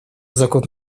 закон